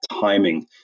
timing